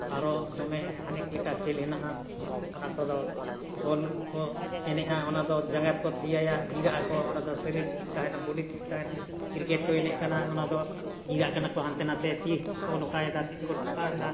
ᱟᱨᱚ ᱫᱚᱢᱮ ᱟᱱᱮᱠ ᱞᱮᱠᱟ ᱠᱷᱮᱞ ᱦᱮᱱᱟᱜᱼᱟ ᱚᱱᱟ ᱠᱚᱫᱚ ᱵᱚᱞ ᱠᱚ ᱮᱱᱮᱡᱼᱟ ᱚᱱᱟ ᱫᱚ ᱡᱟᱸᱜᱟ ᱛᱮᱠᱚ ᱛᱷᱟᱹᱭᱟᱹᱭᱟ ᱡᱤᱨᱟᱹᱜ ᱟᱠᱚ ᱚᱱᱟ ᱫᱚ ᱥᱟᱹᱨᱤᱨ ᱴᱷᱤᱠ ᱛᱟᱦᱮᱱᱟ ᱵᱚᱰᱤ ᱴᱷᱤᱠ ᱛᱟᱦᱮᱱᱟ ᱠᱨᱤᱠᱮᱴ ᱠᱚ ᱮᱱᱮᱡ ᱠᱟᱱᱟ ᱚᱱᱟ ᱫᱚ ᱡᱤᱨᱟᱹᱜ ᱠᱟᱱᱟ ᱠᱚ ᱦᱟᱱᱛᱮ ᱱᱟᱛᱮ ᱛᱤ ᱛᱮᱠᱚ ᱞᱚᱠᱟᱭᱮᱫᱟ ᱛᱤ ᱛᱮᱠᱚ ᱴᱷᱩᱠᱟᱹᱣᱮᱫᱟ